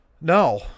no